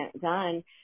done